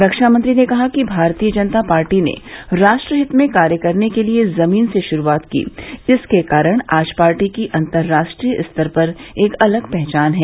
रक्षामंत्री ने कहा कि भारतीय जनता पार्टी ने राष्ट्रहित में कार्य करने के लिए जमीन से शुरूआत की जिसके कारण आज पार्टी की अन्तर्राष्ट्रीय स्तर पर एक अलग पहचान है